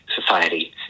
society